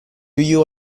you